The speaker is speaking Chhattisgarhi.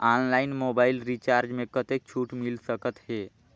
ऑनलाइन मोबाइल रिचार्ज मे कतेक छूट मिल सकत हे?